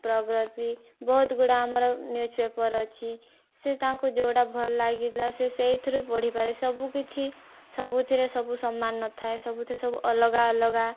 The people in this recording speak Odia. ପ୍ରଗ୍ରତି ବହୁତ ଗୁଡ଼େ ଆମର ନ୍ୟୁଜ୍ପେପର୍ ଅଛି ସେ ତାଙ୍କୁ ଯୋଉଟା ଭଲ ଲାଗିଲା ସେ ସେଇଥିରୁ ପଢ଼ିପାରେ ସବୁ କିଛି ସବୁଥିରେ ସବୁ ସମାନ ନଥାଏ ସବୁଥିରେ ସବୁ ଅଲଗା ଅଲଗା